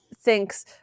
thinks